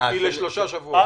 לשלושה שבועות.